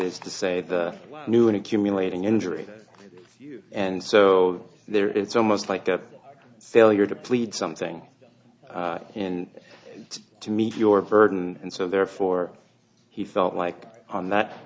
is to say the new and accumulating injury and so there it's almost like a failure to plead something and to meet your burden and so therefore he felt like on that